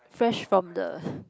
fresh from the